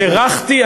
אני בירכתי,